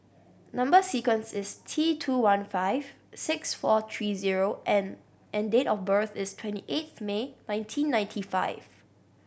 number sequence is T two one five six four three zero N and date of birth is twenty eighth May nineteen ninety five